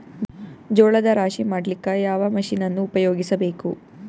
ಜೋಳದ ರಾಶಿ ಮಾಡ್ಲಿಕ್ಕ ಯಾವ ಮಷೀನನ್ನು ಉಪಯೋಗಿಸಬೇಕು?